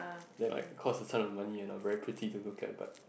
that like cost a ton of money and are very pretty to look at but